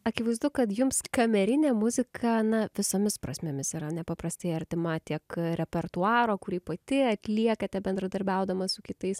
akivaizdu kad jums kamerinė muzika na visomis prasmėmis yra nepaprastai artima tiek repertuaro kurį pati atliekate bendradarbiaudama su kitais